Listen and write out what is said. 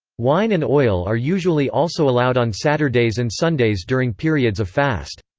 wine and oil are usually also allowed on saturdays and sundays during periods of fast.